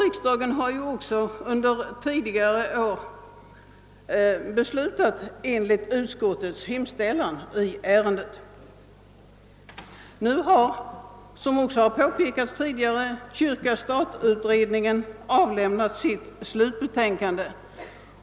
Riksdagen har också tidigare beslutat i enlighet med utskottets hemställan i ärendet. Nu har, vilket också har påpekats här, kyrka—stat-utredningen avlämnat sitt slutbetänkande.